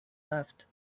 left